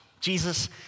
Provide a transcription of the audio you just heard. Jesus